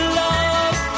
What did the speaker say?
love